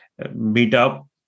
meetup